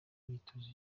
imyitozo